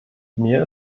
mir